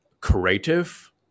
creative